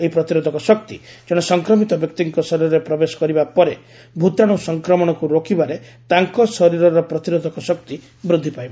ଏହି ପ୍ରତିରୋଧକ ଶକ୍ତି ଜଣେ ସଂକ୍ରମିତ ବ୍ୟକ୍ତିଙ୍କ ଶରୀରରେ ପ୍ରବେଶ କରିବା ପରେ ଭ୍ରତାଣୁ ସଂକ୍ରମଣକୁ ରୋକିବାରେ ତାଙ୍କ ଶରୀରର ପ୍ରତିରୋଧକ ଶକ୍ତି ବୃଦ୍ଧି ପାଇବ